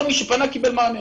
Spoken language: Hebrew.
כל מי שפנה, קיבל מענה.